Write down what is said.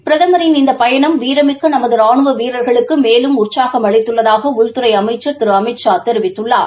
பிரதமரின் இந்த பயணம் வீரமிக்க நமது ராணு வீரர்களுக்கு மேலும் உற்சாகம் அளித்துள்ளதாக உள்துறை அமைச்சர் திரு அமித்ஷா தெரிவித்துள்ளார்